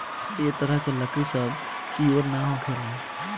ए तरह के लकड़ी सब कियोर ना होखेला